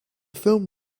film